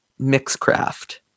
Mixcraft